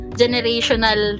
generational